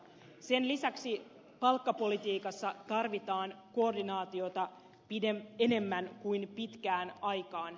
sen lisäksi palkkapolitiikassa tarvitaan koordinaatiota enemmän kuin pitkään aikaan